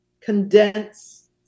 condense